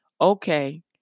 okay